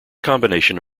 combination